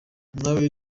nawe